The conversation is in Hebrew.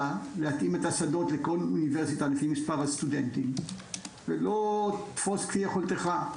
ולהתאים את השדות לכל אוניברסיטה ולא "תפוס כפי יכולתך".